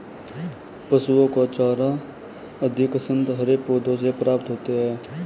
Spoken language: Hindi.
पशुओं का चारा अधिकांशतः हरे पौधों से प्राप्त होता है